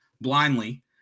blindly